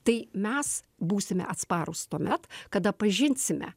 tai mes būsime atsparūs tuomet kada pažinsime